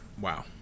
Wow